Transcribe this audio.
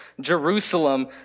Jerusalem